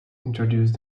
introduced